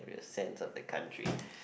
your sense of the country